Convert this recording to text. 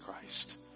Christ